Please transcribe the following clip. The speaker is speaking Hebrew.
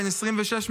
בן 26,